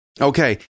Okay